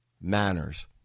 manners